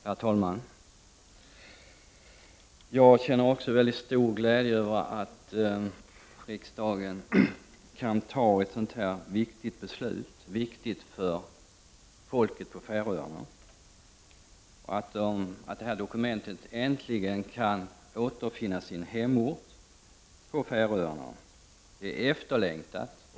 Herr talman! Också jag känner mycket stor glädje över att riksdagen kan fatta ett beslut som är så viktigt för folket på Färöarna och över att det här dokumentet äntligen kan återfinna sin hemort på Färöarna. Det är efterlängtat.